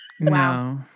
Wow